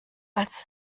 als